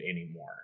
anymore